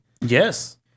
Yes